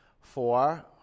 Four